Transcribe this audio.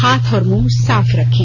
हाथ और मुंह साफ रखें